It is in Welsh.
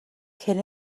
cyn